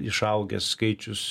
išaugęs skaičius